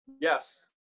yes